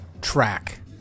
track